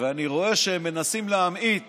ואני רואה שהם מנסים להמעיט